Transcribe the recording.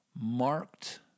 marked